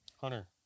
Hunter